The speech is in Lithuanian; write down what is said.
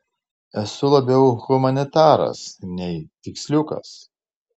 esu labiau humanitaras nei tiksliukas